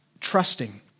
trusting